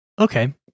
Okay